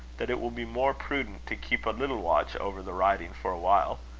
that it will be more prudent to keep a little watch over the riding for a while.